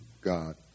God